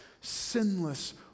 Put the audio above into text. sinless